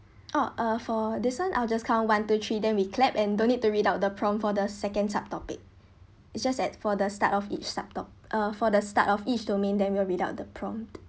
oh uh for this one I'll just count one two three then we clap and don't need to read out the prompt for the second subtopic it's just at for the start of each subto~ uh for the start of each domain then we will read out the prompt